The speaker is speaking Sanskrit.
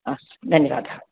अस्तु धन्यवादः